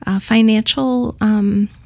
financial